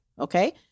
Okay